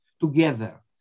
together